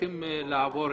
לא